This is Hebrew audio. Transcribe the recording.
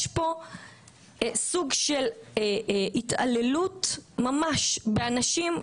יש פה סוג של התעללות ממש באנשים.